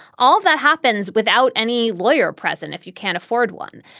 all that happens without any lawyer present if you can't afford one.